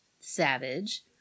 Savage